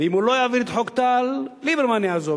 ואם הוא לא יעביר את חוק טל ליברמן יעזוב,